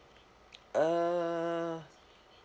uh